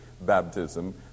baptism